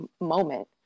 moment